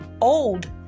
old